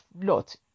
Lot